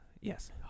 Yes